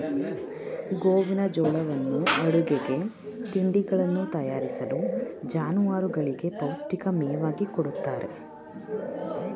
ಗೋವಿನಜೋಳವನ್ನು ಅಡುಗೆಗೆ, ತಿಂಡಿಗಳನ್ನು ತಯಾರಿಸಲು, ಜಾನುವಾರುಗಳಿಗೆ ಪೌಷ್ಟಿಕ ಮೇವಾಗಿ ಕೊಡುತ್ತಾರೆ